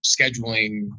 scheduling